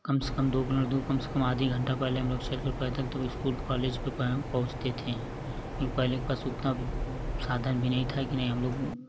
कम से कम दो किलोमीटर दूर कम से कम आधी घंटा पहले हम लोग चलकर पैदल तो स्कूल कौलेज पे प पहुँचते थे पहले उतना भी साधन भी नही था की नही हम लोग